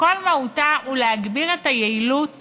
שכל מהותה היא להגביר את היעילות